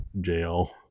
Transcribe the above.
jail